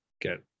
get